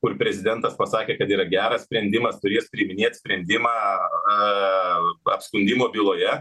kur prezidentas pasakė kad yra geras sprendimas turės priiminėt sprendimą a apskundimo byloje